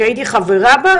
שהייתי חברה בה,